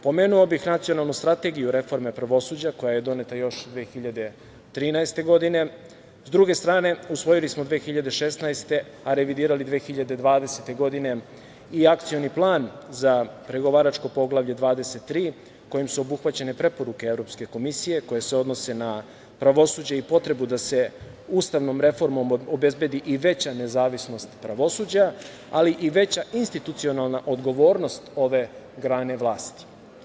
Pomenuo bih nacionalnu strategiju reforme pravosuđa koja je doneta još 2013. godine, sa druge strane usvojili smo 2016, a revidirali 2020. godine i Akcioni plan za pregovaračko Poglavlje 23, kojim su obuhvaćene preporuke Evropske komisije koje se odnose na pravosuđe i potrebu da se ustavnom reformom obezbedi i veća nezavisnost pravosuđa, ali i veća institucionalna odgovornost ove grane vlasti.